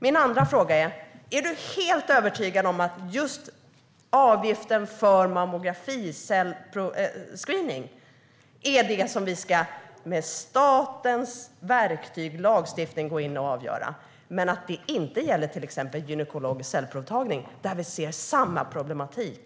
Min andra fråga är: Är du helt övertygad om att just avgiften för mammografiscreening är det som vi ska avgöra med statens verktyg och lagstiftning och att det här ansvaret ska ligga på oss och inte på landstinget medan det inte ska gälla till exempel gynekologisk cellprovtagning, där vi ser samma problematik?